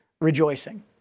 rejoicing